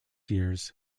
years